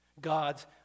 God's